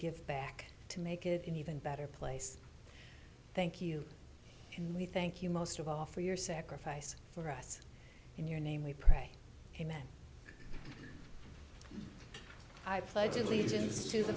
give back to make it an even better place thank you and we thank you most of all for your sacrifice for us in your name we pray amen i pledge allegiance to the